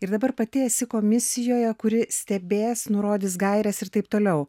ir dabar pati esi komisijoje kuri stebės nurodys gaires ir taip toliau